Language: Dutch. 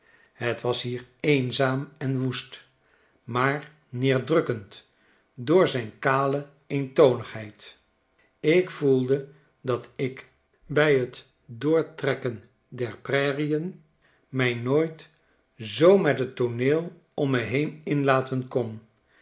het was hier eenzaam en woest maar neerdrukkend door zijn kale eentonigheid ik voelde dat ik bjj t doortrekken der prairien mij nooit zoo met het tooneel om me heen inlaten kon